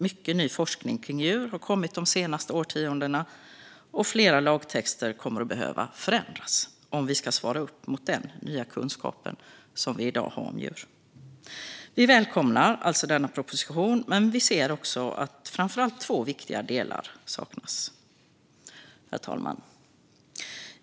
Mycket ny forskning om djur har kommit de senaste årtiondena, och fler lagtexter kommer att behöva förändras om vi ska svara upp mot den nya kunskap som vi i dag har om djur. Vi välkomnar alltså denna proposition, men vi ser också att framför allt två viktiga delar saknas. Herr talman!